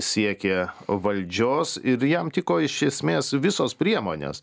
siekė valdžios ir jam tiko iš esmės visos priemonės